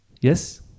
Yes